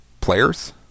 Players